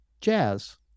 jazz